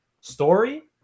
story